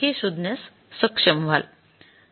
हे शोधण्यास सक्षम व्हाल